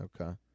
Okay